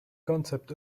concept